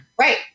Right